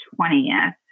20th